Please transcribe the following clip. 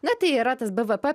na tai yra tas bvp